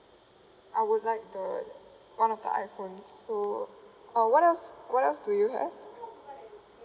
I would like the one of the iPhone so uh what else what else do you have